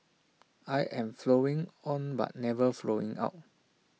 I am flowing on but never flowing out